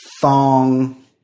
thong